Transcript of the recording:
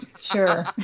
sure